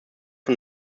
von